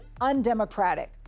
undemocratic